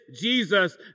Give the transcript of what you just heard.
Jesus